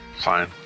Fine